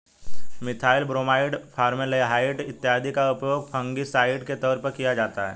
methyl bromide, formaldehyde इत्यादि का उपयोग फंगिसाइड के तौर पर किया जाता है